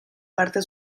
parte